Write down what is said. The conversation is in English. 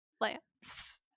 lamps